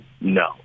No